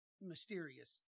Mysterious